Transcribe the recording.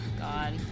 God